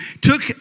took